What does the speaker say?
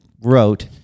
wrote